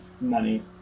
money